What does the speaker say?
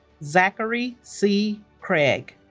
zachary c. krieg